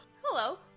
Hello